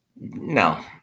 no